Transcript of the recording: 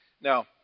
Now